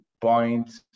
point